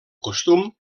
costum